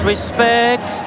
Respect